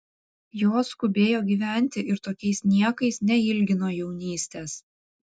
jos skubėjo gyventi ir tokiais niekais neilgino jaunystės